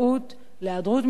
להיעדרות משיעורים,